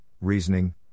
reasoning